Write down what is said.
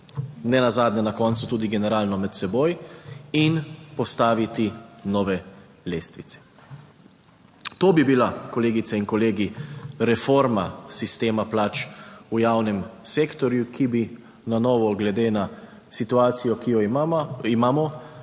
nenazadnje na koncu tudi generalno med seboj in postaviti nove lestvice. To bi bila, kolegice in kolegi reforma sistema plač v javnem sektorju, ki bi na novo, glede na situacijo, ki jo imamo,